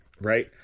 right